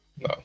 No